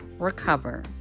Recover